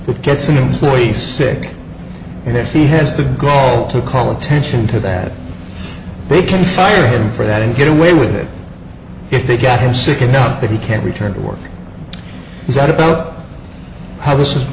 who gets an employee sick and if he has the gall to call attention to that they can fire him for that and get away with it if they get him sick enough that he can't return to work he's out about how this